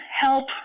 help